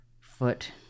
foot